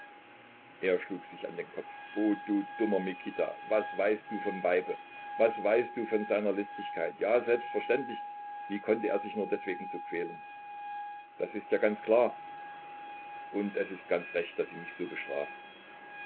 er schlug sich auf den kopf o du dummer mikita was weißt du vom weibe was weißt du von seiner listigkeit ja selbstverständlich wie konnte er sich nur deswegen so quälen das ist ja ganz klar und es ist ganz recht daß sie mich so bestraft